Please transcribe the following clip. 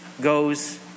goes